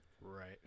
Right